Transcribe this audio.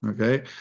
Okay